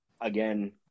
again